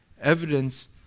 evidence